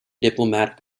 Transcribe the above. diplomatic